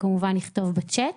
שיכתוב בצ'ט,